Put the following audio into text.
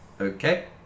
Okay